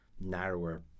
narrower